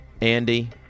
Andy